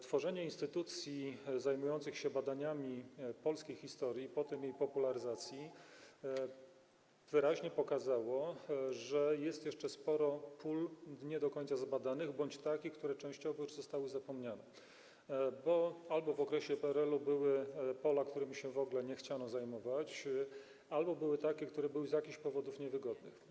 Tworzenie instytucji zajmujących się badaniami polskiej historii, potem jej popularyzacją wyraźnie pokazało, że jest jeszcze sporo pól nie do końca zbadanych bądź takich, które częściowo już zostały zapomniane, bo w okresie PRL-u były pola, którymi się w ogóle nie chciano zajmować, a były i takie, które były z jakichś powodów niewygodne.